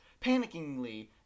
panickingly